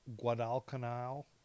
Guadalcanal